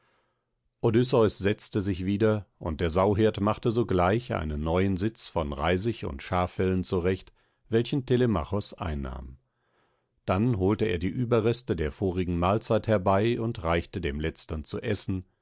odysseus setzte sich wieder und der sauhirt machte sogleich einen neuen sitz von reisig und schaffellen zurecht welchen telemachos einnahm dann holte er die überreste der vorigen mahlzeit herbei und reichte dem letztern zu essen